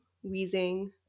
wheezing